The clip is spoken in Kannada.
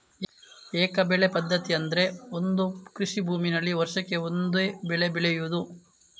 ಏಕ ಬೆಳೆ ಪದ್ಧತಿ ಅಂದ್ರೆ ಒಂದು ಕೃಷಿ ಭೂಮಿನಲ್ಲಿ ವರ್ಷಕ್ಕೆ ಒಂದೇ ಬೆಳೆ ಬೆಳೆಯುದು